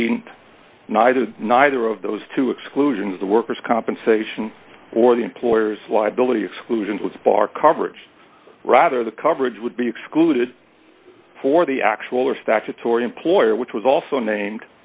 deceased neither neither of those two exclusions the workers compensation or the employer's liability exclusion was bar coverage rather the coverage would be excluded for the actual or statutory employer which was also named